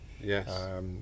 yes